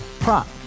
Prop